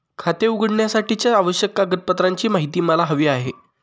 खाते उघडण्यासाठीच्या आवश्यक कागदपत्रांची माहिती मला हवी आहे